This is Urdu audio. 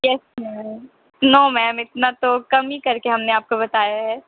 یس میم نو میم اتنا تو کم ہی کر کے ہم نے آپ کو بتایا ہے